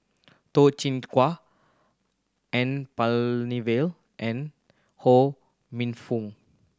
Toh Chin Chye N Palanivelu and Ho Minfong